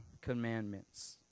commandments